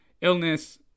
illness